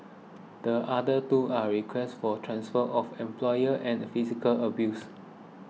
the other two are requests for transfer of employer and physical abuse